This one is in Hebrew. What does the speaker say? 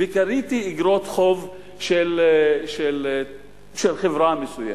וקניתי איגרות חוב של חברה מסוימת,